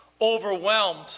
overwhelmed